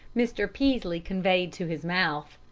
mr. peaslee conveyed to his mouth.